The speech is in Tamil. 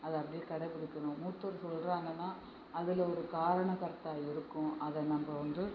அதை அப்படியே கடைபிடிக்கணும் மூத்தோர் சொல்றாங்கன்னால் அதில் ஒரு காரணகர்த்தா இருக்கும் அதை நம்ப வந்து